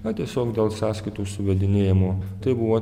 na tiesiog dėl sąskaitų suvedinėjimo tai buvo